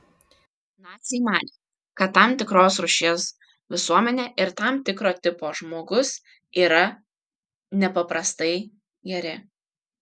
naciai manė kad tam tikros rūšies visuomenė ir tam tikro tipo žmogus yra nepaprastai geri